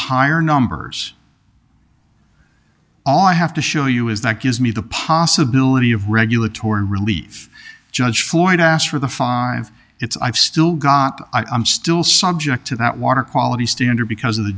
higher numbers all i have to show you is that gives me the possibility of regulatory relief judge floyd asked for the five it's i've still got i'm still subject to that water quality standard because of the